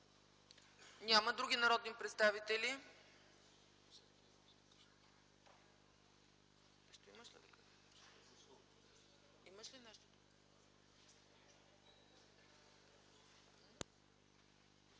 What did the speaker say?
Няма. Други народни представители?